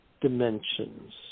dimensions